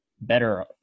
better